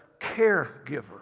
caregiver